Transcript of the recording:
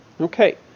Okay